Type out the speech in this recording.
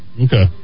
Okay